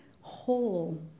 whole